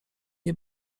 nie